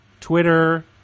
twitter